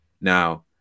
now